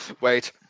Wait